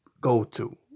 go-to